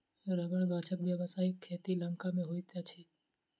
रबड़ गाछक व्यवसायिक खेती लंका मे होइत अछि